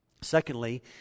Secondly